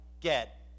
get